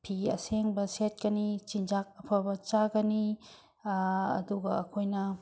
ꯐꯤ ꯑꯁꯦꯡꯕ ꯁꯦꯠꯀꯅꯤ ꯆꯤꯟꯖꯥꯛ ꯑꯐꯕ ꯆꯥꯒꯅꯤ ꯑꯗꯨꯒ ꯑꯩꯈꯣꯏꯅ